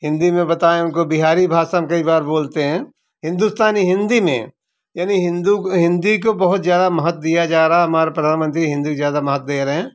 हिंदी में बताएं उनको बिहारी भाषा हम कई बार बोलते हैं हिंदुस्तानी हिंदी में यानी हिंदू को हिंदी को बहुत ज्यादा महत्व दिया जा रहा हमारे प्रधानमंत्री हिंदु को ज्यादा महत्व दे रहें